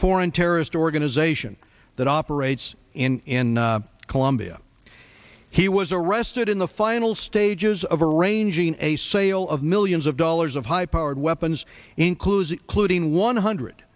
foreign terrorist organization that operates in colombia he was arrested in the final stages of a arranging a sale of millions of dollars of high powered weapons includes including one hundred